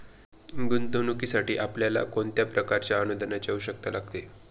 गुंतवणुकीसाठी आपल्याला कोणत्या प्रकारच्या अनुदानाची आवश्यकता लागेल?